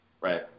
Right